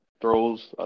throws